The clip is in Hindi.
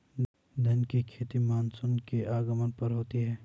धान की खेती मानसून के आगमन पर होती है